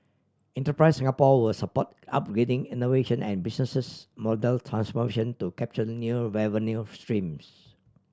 Enterprise Singapore will support upgrading innovation and businesses model transformation to capture new revenue streams